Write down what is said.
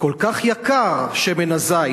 כל כך יקר שמן הזית.